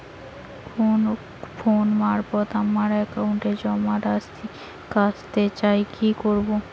Phone মারফত আমার একাউন্টে জমা রাশি কান্তে চাই কি করবো?